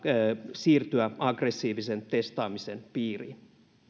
siirtyä aggressiivisen testaamisen piiriin